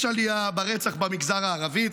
יש עלייה ברצח במגזר הערבי.